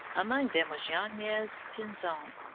among them was yanez pinzon.